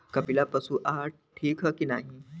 कपिला पशु आहार ठीक ह कि नाही?